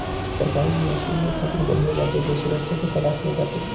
सरकारी निवेश उ लोग खातिर बढ़िया बाटे जे सुरक्षा के तलाश में बाटे